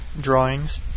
drawings